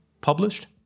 published